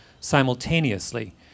simultaneously